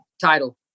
title